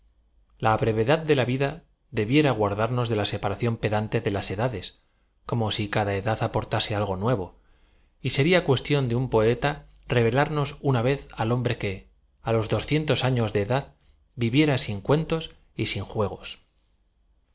bre vedad de la vid a debiera guardarnos de la separación pedante de las edades com o si cada edad aportase algo nuevo y seria cuestión de un poeta revelam os nna vez al hombre que á los doscientos afios de edad viviera sin cuentos y sin juegos